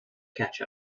catch